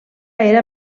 era